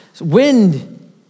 wind